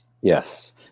Yes